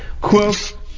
Quote